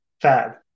fab